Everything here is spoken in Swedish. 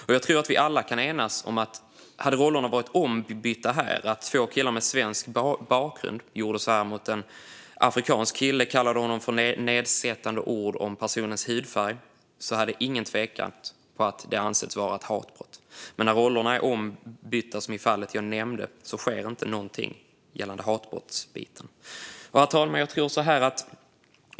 Om rollerna hade varit ombytta, det vill säga om två killar med svensk bakgrund hade gjort detta mot en afrikansk kille och kallat honom nedsättande saker på grund av hans hudfärg, tror jag att vi kan enas om att ingen hade tvekat på att det rör sig om ett hatbrott. Men när rollerna ser ut som i fallet jag nämnde sker ingenting gällande hatbrottsbiten. Herr talman!